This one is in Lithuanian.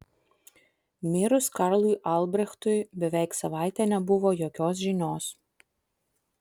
mirus karlui albrechtui beveik savaitę nebuvo jokios žinios